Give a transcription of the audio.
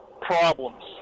problems